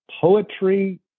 poetry